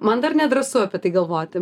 man dar nedrąsu apie tai galvoti